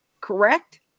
correct